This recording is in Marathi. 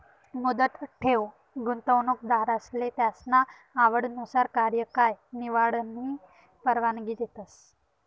मुदत ठेव गुंतवणूकदारसले त्यासना आवडनुसार कार्यकाय निवडानी परवानगी देतस